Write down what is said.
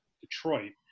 Detroit